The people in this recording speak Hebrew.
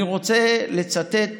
אני רוצה לצטט